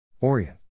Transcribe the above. Orient